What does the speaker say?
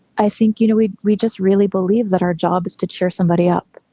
i think, you know, we we just really believe that our job is to cheer somebody up.